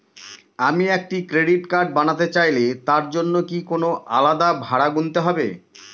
আমি একটি credit card বানাতে চাইলে তার জন্য কি কোনো আলাদা ভাড়া গুনতে হবে?